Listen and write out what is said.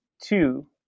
two